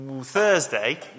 Thursday